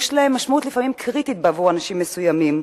לפעמים יש להם משמעות קריטית בעבור אנשים מסוימים.